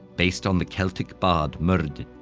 based on the celtic bard myrrdin,